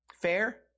Fair